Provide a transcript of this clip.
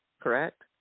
correct